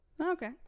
okay